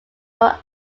were